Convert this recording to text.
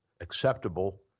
acceptable